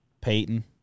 Peyton